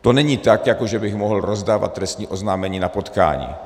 To není tak, jako že bych mohl rozdávat trestní oznámení na potkání.